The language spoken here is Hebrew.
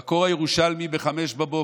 בקור הירושלמי, ב-05:00,